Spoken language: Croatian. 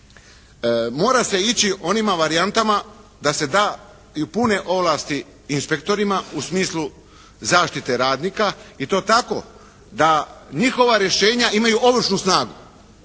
mora se ići onim varijantama da se da i pune ovlasti inspektorima u smislu zaštite radnika i to tako da njihova rješenja imaju ovršnu snagu.